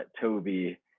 Toby